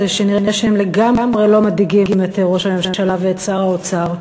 זה שנראה שהם לגמרי לא מדאיגים את ראש הממשלה ואת שר האוצר,